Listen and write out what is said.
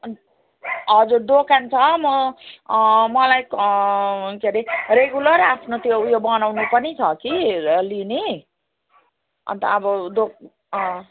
अनि हजुर दोकान छ म मलाई हुन्छ अरे रेगुलर आफ्नो त्यो उयो बनाउनु पनि छ कि लिने अन्त अब दोक